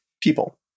people